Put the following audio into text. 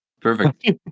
perfect